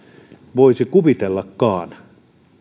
voisi kuvitellakaan